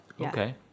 okay